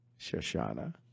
Shoshana